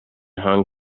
hong